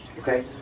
Okay